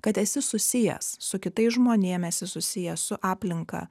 kad esi susijęs su kitais žmonėm esi susijęs su aplinka